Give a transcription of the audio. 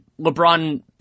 LeBron